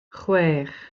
chwech